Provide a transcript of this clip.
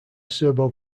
serbo